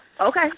Okay